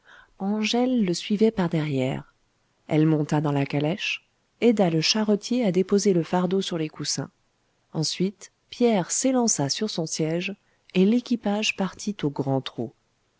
angèle le suivait par-derrière elle monta dans la calèche aida le charretier à déposer le fardeau sur les coussins ensuite pierre s'élança sur son siège et l'équipage partit au grand trot